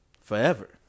forever